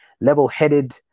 level-headed